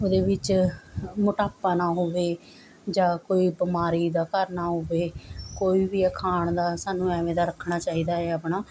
ਉਹਦੇ ਵਿੱਚ ਮੋਟਾਪਾ ਨਾ ਹੋਵੇ ਜਾਂ ਕੋਈ ਬਿਮਾਰੀ ਦਾ ਘਰ ਨਾ ਹੋਵੇ ਕੋਈ ਵੀ ਖਾਣ ਦਾ ਸਾਨੂੰ ਐਵੇਂ ਦਾ ਰੱਖਣਾ ਚਾਹੀਦਾ ਏ ਆਪਣਾ